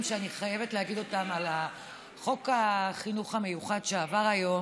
שאני חייבת לומר היום על חוק החינוך המיוחד שעבר היום,